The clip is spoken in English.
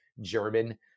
German